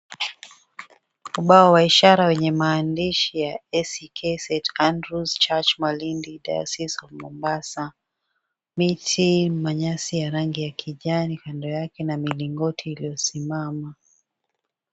Ubao wa ishara wenye maandishi ya, "ACK St. Andrews Church, Malindi, Diocese of Mombasa". Miti, manyasi ya rangi ya kijani kando yake na milingoti iliyosimama.